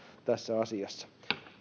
tässä asiassa